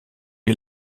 wie